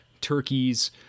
turkeys